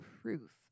proof